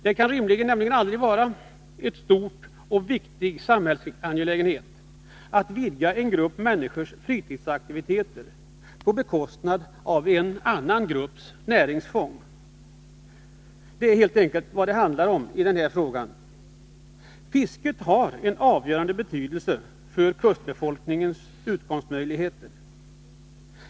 Det kan nämligen aldrig vara en stor och viktig samhällsangelägenhet att vidga möjligheterna för en grupp människor att bedriva fritidsaktiviteter på bekostnad av en annan grupps näringsfång. Det är helt enkelt vad det handlar om. Fisket har en avgörande betydelse för kustbefolkningens utkomstmöjligheter.